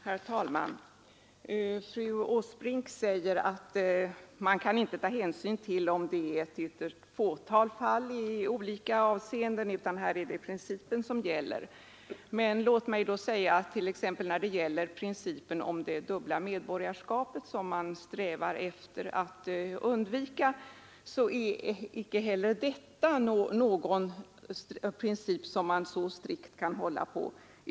Herr talman! Fru Åsbrink säger att man inte kan ta hänsyn till att det endast är fråga om ett mycket litet fåtal fall utan att man måste tänka på principen. Om det är principen om undvikande av dubbelt medborgarskap som fru Åsbrink syftar på, vill jag framhålla att man inte heller kan hålla så strikt på denna princip.